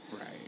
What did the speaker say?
right